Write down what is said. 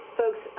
folks